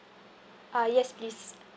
ah yes please